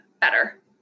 better